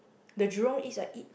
the Jurong-East I eat